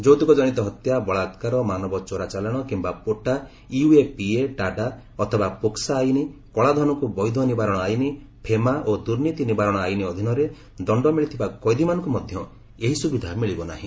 ଯୌତ୍ରକ ଜନିତ ହତ୍ୟା ବଳାକାର ମାନବ ଚୋରାଚାଲାଣ କିିୟା ପୋଟା ୟୁଏପିଏ ଟାଡା ଅଥବା ପୋକ୍କୋ ଆଇନ୍ କଳାଧନକୁ ବୈଧ ନିବାରଣ ଆଇନ୍ ଫେମା ଓ ଦୁର୍ନୀତି ନିବାରଣ ଆଇନ୍ ଅଧୀନରେ ଦଣ୍ଡ ମିଳିଥିବା କଏଦୀମାନଙ୍କୁ ମଧ୍ୟ ଏହି ସ୍ତବିଧା ମିଳିବ ନାହିଁ